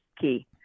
key